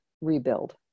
rebuild